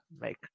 make